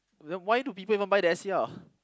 then why do people even buy the S_E_R